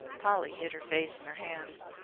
polly hid her face in her hands.